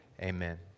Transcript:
Amen